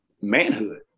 manhood